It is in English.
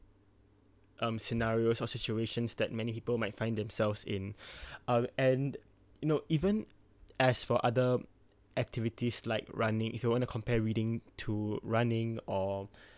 um scenarios or situations that many people might find themselves in uh and you know even as for other activities like running if you want to compare reading to running or